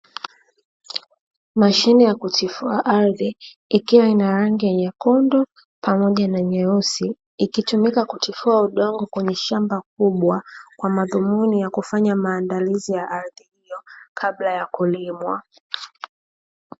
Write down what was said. Mashine ya kutifua ardhi ikiwa na rangi nyekundu pamoja na nyeusi, ikitumika kutifua udongo kwenye shamba kubwa kwa madhumuni ya kufanya maandalizi ya ardhi hiyo kabla ya kulimwa.